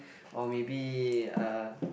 or maybe uh